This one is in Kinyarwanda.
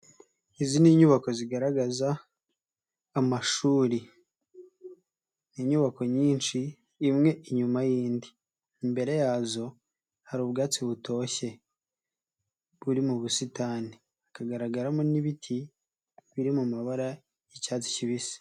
Izi ni inyubako zigaragaza amashuri. Ni inyubako nyinshi, imwe inyuma y'indi. Imbere yazo, hari ubwatsi butoshye, buri mu busitani. Hakagaragaramo n'ibiti, biri mu mabara y'icyatsi kibisi.